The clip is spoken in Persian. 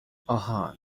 آهان